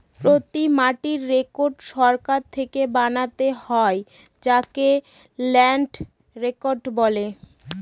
প্রতি মাটির রেকর্ড সরকার থেকে বানাতে হয় যাকে ল্যান্ড রেকর্ড বলে